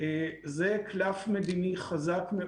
רובם חשבו שהפסקת האש היא לטווח קצר ושלא ממש ניצחנו,